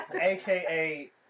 AKA